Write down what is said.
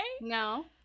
no